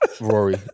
Rory